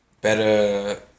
better